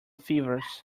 fevers